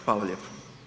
Hvala lijepo.